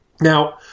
now